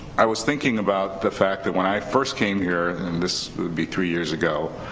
i was thinking about the fact that when i first came here and this would be three years ago,